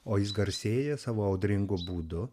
o jis garsėja savo audringu būdu